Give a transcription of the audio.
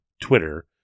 Twitter